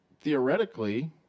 theoretically